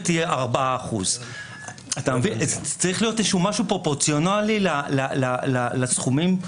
היא 4%. צריך להיות איזשהו משהו פרופורציונלי לסכומים.